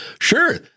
sure